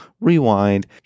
rewind